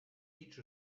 each